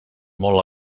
molt